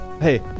hey